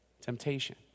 temptation